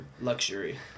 Luxury